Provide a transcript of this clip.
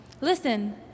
Listen